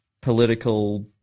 political